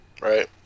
Right